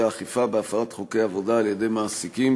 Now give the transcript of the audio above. האכיפה בהפרת חוקי עבודה על-ידי מעסיקים